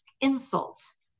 insults